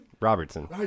Robertson